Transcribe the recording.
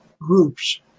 groups